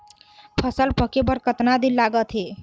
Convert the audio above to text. फसल पक्के बर कतना दिन लागत हे?